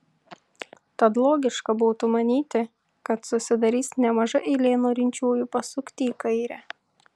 tad logiška būtų manyti kad susidarys nemaža eilė norinčiųjų pasukti į kairę